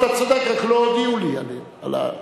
נכון, רק לא הודיעו לי עליהן.